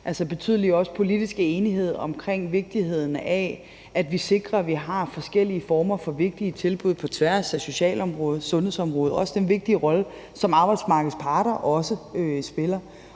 den betydelige politiske enighed omkring vigtigheden af, at vi sikrer, at vi har forskellige former for vigtige tilbud på tværs af socialområdet og sundhedsområdet, og også den vigtige rolle, som arbejdsmarkedets parter spiller.